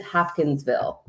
Hopkinsville